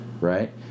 Right